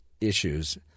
issues